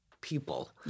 people